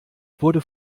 wurde